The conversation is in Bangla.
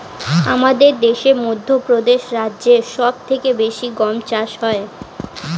আমাদের দেশে মধ্যপ্রদেশ রাজ্যে সব থেকে বেশি গম চাষ হয়